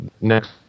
next